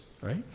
right